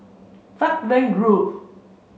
Falkland Road